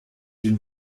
d’une